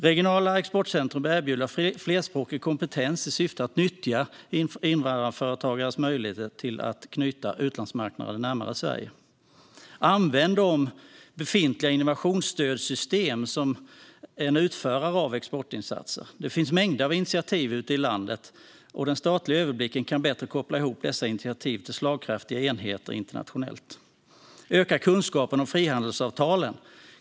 Regionala exportcentrum bör erbjuda flerspråkig kompetens i syfte att nyttja invandrarföretagares möjligheter att knyta utlandsmarknader närmare Sverige. Använd befintligt innovationsstödsystem som en utförare av exportinsatser. Det finns mängder av initiativ ute i landet, och den statliga överblicken kan bättre koppla ihop dessa initiativ till slagkraftiga enheter internationellt. Öka kunskapen om frihandelsavtalen.